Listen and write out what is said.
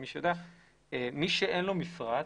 מי שאין לו מפרט,